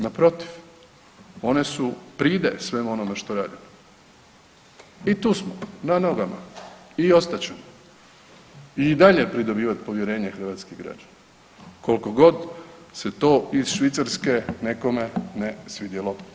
Naprotiv, one su pride svemu onome što radimo i tu smo na nogama i ostat ćemo i dalje pridobivat povjerenje hrvatskih građana kolikogod se to iz Švicarske nekome ne svidjelo.